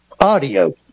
audio